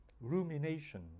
rumination